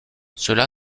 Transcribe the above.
cela